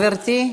גברתי.